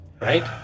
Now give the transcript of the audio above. Right